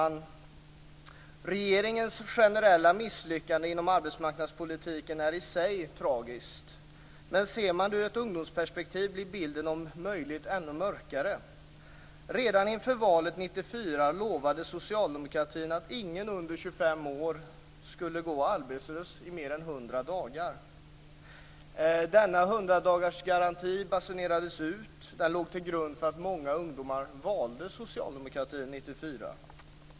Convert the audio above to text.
Regeringens generella misslyckande inom arbetsmarknadspolitiken är i sig tragiskt. Men ser man det ur ett ungdomsperspektiv blir bilden om möjligt ännu mörkare. Redan inför valet 1994 lovade socialdemokraterna att ingen under 25 år skulle gå arbetslös i mer än 100 dagar. Denna hundradagarsgaranti basunerades ut och låg till grund för att många ungdomar valde socialdemokraterna 1994.